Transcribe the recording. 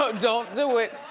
don't, don't do it.